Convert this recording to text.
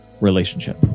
relationship